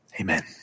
Amen